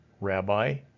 Rabbi